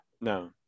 No